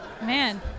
Man